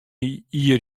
jier